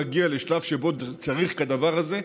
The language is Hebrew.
לו נגיע לשלב שבו צריך כדבר הזה,